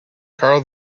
carl